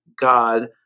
God